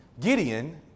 Gideon